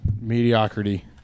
Mediocrity